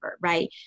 right